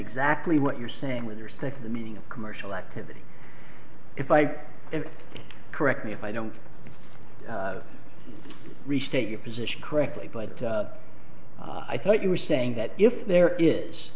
exactly what you're saying with respect to the meaning of commercial activity if i correct me if i don't restate your position correctly but i thought you were saying that if there is